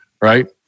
right